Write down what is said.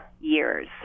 years